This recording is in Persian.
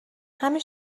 همین